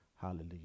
Hallelujah